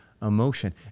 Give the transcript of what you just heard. emotion